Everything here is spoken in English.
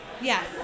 yes